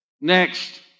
Next